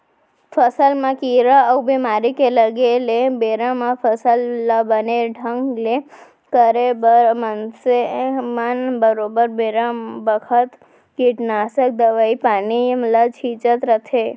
फसल म कीरा अउ बेमारी के लगे ले बेरा म फसल ल बने ढंग ले करे बर मनसे मन बरोबर बेरा बखत कीटनासक दवई पानी ल छींचत रथें